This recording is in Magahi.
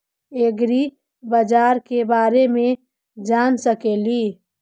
ऐग्रिबाजार के बारे मे जान सकेली?